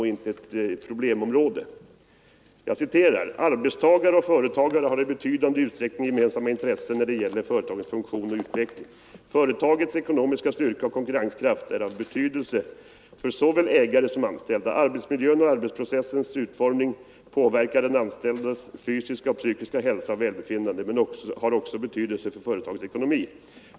Jag citerar Nr 130 alltså: Torsdagen den ”Arbetstagare och företagare har i betydande utsträckning gemensam 28 november 1974 ma intressen när det gäller företagens funktion och utveckling. Företagets ekonomiska styrka och konkurrenskraft är av betydelse för såväl ägare Åtgärder för att som anställda. Arbetsmiljöns och arbetsprocessernas utformning påverkar = fördjupa arbetsdeden anställdes fysiska och psykiska hälsa och välbefinnande men har mokratin också betydelse för företagets ekonomi.